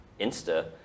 Insta